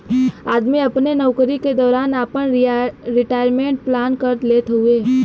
आदमी अपने नउकरी के दौरान आपन रिटायरमेंट प्लान कर लेत हउवे